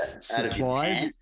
supplies